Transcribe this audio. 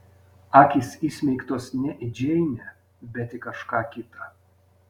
akys įsmeigtos ne į džeinę bet į kažką kitą